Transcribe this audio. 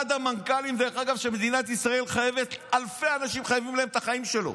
אחד המנכ"לים שמדינת ישראל חייבת ואלפי אנשים חייבים לו את החיים שלהם.